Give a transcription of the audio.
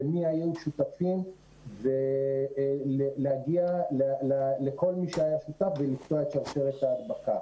מי היו שותפים ולהגיע לכל מי שהיה שותף ולקטוע את שרשרת ההדבקה.